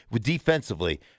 defensively